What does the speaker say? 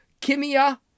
Kimia